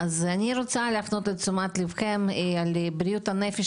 רוצה להפנות את תשומת ליבכם על בריאות הנפש